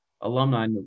alumni